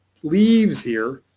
leaves here.